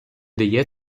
дає